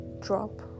drop